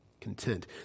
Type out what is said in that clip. Content